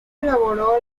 elaboró